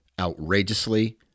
outrageously